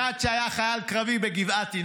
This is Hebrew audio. -- אחד שהיה חייל קרבי בגבעתי.